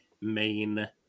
main